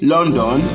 London